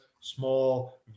small